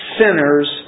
sinners